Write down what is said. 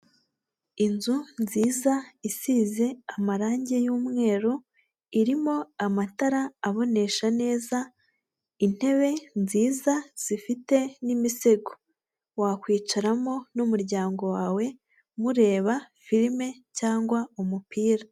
Inzu nziza isize amarangi y'umweru, irimo amatara abonesha neza, intebe nziza zifite n'imisego; wakwicaramo n'umuryango wawe mureba filime cyangwa umupira.